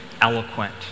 eloquent